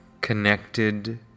connected